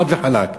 חד וחלק.